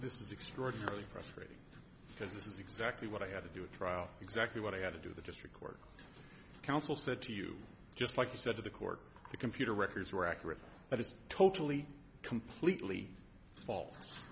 this is extraordinarily frustrating because this is exactly what i had to do a trial exactly what i had to do the district court counsel said to you just like you said to the court the computer records were accurate but it's totally completely false